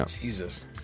Jesus